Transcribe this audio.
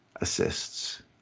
assists